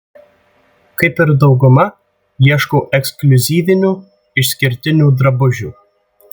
kaip ir dauguma ieškau ekskliuzyvinių išskirtinių drabužių